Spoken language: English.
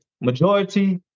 majority